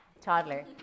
toddler